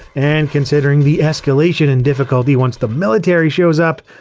and considering the escalation in difficulty once the military shows up,